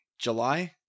July